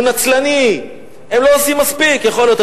הוא נצלני, הם לא עושים מספיק, יכול להיות.